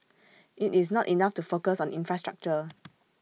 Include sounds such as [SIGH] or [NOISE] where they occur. IT is not enough to focus on infrastructure [NOISE]